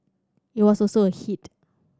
it was also a hit